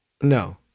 No